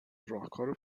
راهکار